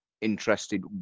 interested